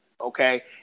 okay